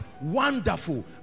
wonderful